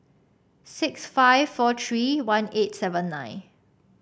six five four three one eight seven nine